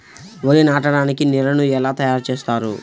వరి నాటడానికి నేలను ఎలా తయారు చేస్తారు?